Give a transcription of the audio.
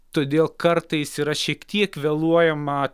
todėl kartais yra šiek tiek vėluojama